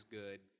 good